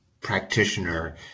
practitioner